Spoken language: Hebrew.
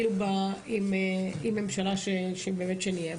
עם ממשלה באמת שנהיה בה.